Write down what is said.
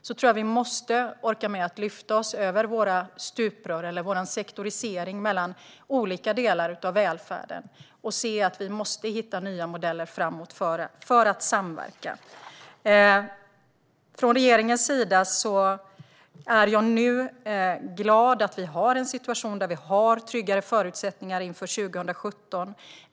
Jag tror att vi måste orka med att lyfta oss över våra stuprör eller vår sektorisering mellan olika delar av välfärden och se att vi måste hitta nya modeller framöver för att samverka. Från regeringens sida är jag glad åt att vi har en situation där vi har tryggare förutsättningar inför 2017.